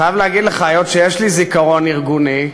אני חייב להגיד לך, היות שיש לי זיכרון ארגוני,